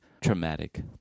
traumatic